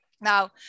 Now